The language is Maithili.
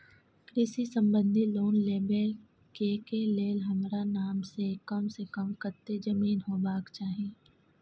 कृषि संबंधी लोन लेबै के के लेल हमरा नाम से कम से कम कत्ते जमीन होबाक चाही?